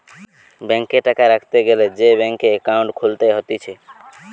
ব্যাংকে টাকা রাখতে গ্যালে সে ব্যাংকে একাউন্ট খুলতে হতিছে